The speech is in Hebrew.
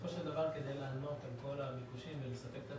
בסופו של דבר כדי לענות על כל הביקושים והטכנולוגיה,